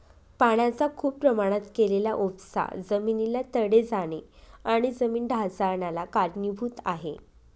पाण्याचा खूप प्रमाणात केलेला उपसा जमिनीला तडे जाणे आणि जमीन ढासाळन्याला कारणीभूत आहे